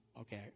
okay